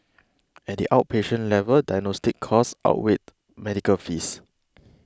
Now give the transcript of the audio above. at the outpatient level diagnostic costs outweighed medical fees